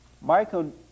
Michael